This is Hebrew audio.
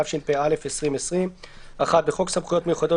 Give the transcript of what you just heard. התש"ף 2020 תיקון סעיף 24 1. בחוק סמכויות מיוחדות